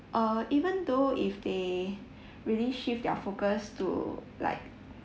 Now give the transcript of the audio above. uh even though if they really shift their focus to like